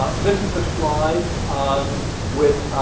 this is a slide um with